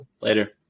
Later